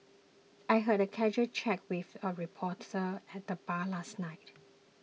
I had a casual chat with a reporter at the bar last night